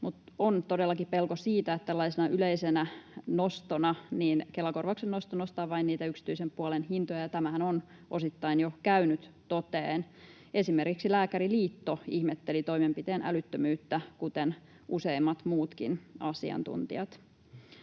aloja? On todellakin pelko siitä, että tällaisena yleisenä nostona Kela-korvauksen nosto nostaa vain niitä yksityisen puolen hintoja, ja tämähän on osittain jo käynyt toteen. Esimerkiksi Lääkäriliitto ihmetteli toimenpiteen älyttömyyttä, kuten useimmat muutkin asiantuntijat.